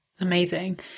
Amazing